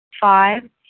Five